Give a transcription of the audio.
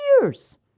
years